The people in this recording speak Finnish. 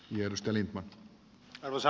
arvoisa puhemies